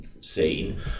scene